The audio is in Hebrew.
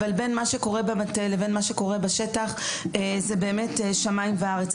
אבל בין מה שקורה בשטח זה באמת שמים וארץ.